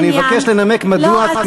אז אני מבקש לנמק מדוע את,